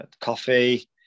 Coffee